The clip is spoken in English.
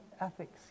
ethics